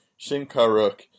Shinkaruk